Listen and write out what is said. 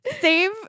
save